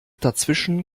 dazwischen